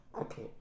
Okay